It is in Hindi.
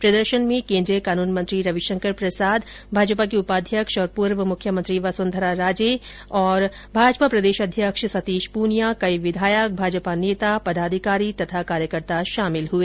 प्रदर्शन में केन्द्रीय कानून मंत्री रविशंकर प्रसाद भाजपा की उपाध्यक्ष और पूर्व मुख्यमंत्री वसुंधरा राजे और कोन्द्रीय मंत्री भाजपा प्रदेश अध्यक्ष सतीश प्रनियां कई विधायक भाजपा नेता और पदाधिकारी तथा कार्यकर्ता शामिल हुए